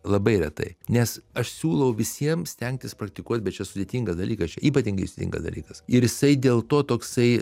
labai retai nes aš siūlau visiems stengtis praktikuot bet čia sudėtingas dalykas ypatingai sudėtingas dalykas ir jisai dėl to toksai